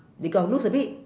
they got loose a bit